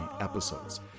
episodes